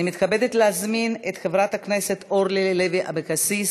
אני מתכבדת להזמין את חברת הכנסת אורלי לוי אבקסיס,